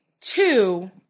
Two